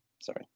sorry